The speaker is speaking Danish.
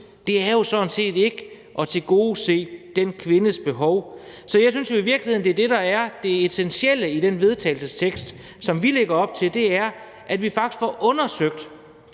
Det er jo sådan set ikke at tilgodese den kvindes behov. Så jeg synes jo i virkeligheden, at det er det, der er det essentielle i den vedtagelsestekst, som vi lægger op til, nemlig at vi faktisk får undersøgt,